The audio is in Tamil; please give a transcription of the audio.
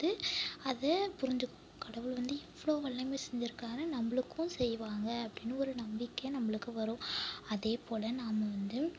அதை புரிஞ்சு கடவுள் வந்து இவ்வளோ வல்லமை செஞ்சுருக்காரு நம்மளுக்கும் செய்வாங்க அப்படின்னு ஒரு நம்பிக்கை நம்மளுக்கு வரும் அதேபோல் நாம் வந்து